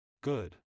good